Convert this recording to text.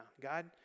God